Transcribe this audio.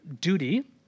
duty